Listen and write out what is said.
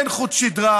אין חוט שדרה,